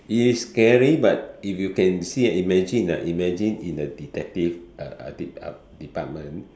it is scary but if you can see and imagine ah imagine in the detective uh department